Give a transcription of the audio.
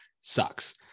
sucks